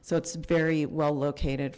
so it's very well located